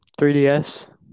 3DS